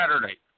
Saturday